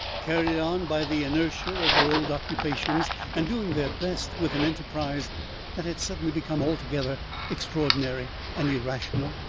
carried on by the inertia of their old occupations and doing their best with an enterprise that had suddenly become altogether extraordinary and irrational.